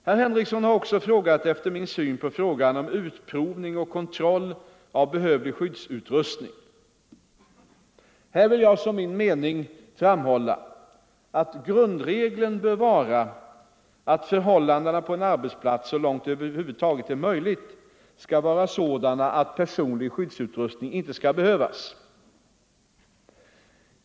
Herr Henrikson har också frågat efter min syn på frågan om utprovning och kontroll av behövlig skyddsutrustning. Här vill jag som min mening framhålla att grundregeln bör vara att förhållandena på en arbetsplats så långt det över huvud taget är möjligt skall vara sådana att personlig skyddsutrustning inte skall behövas.